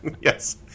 Yes